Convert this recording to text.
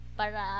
para